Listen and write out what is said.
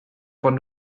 von